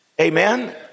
Amen